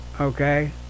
Okay